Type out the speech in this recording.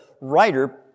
writer